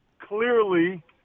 clearly